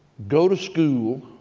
go to school